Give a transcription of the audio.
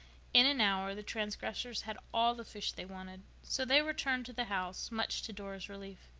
in an hour the transgressors had all the fish they wanted, so they returned to the house, much to dora's relief.